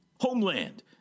Homeland